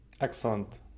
Excellent